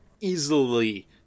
easily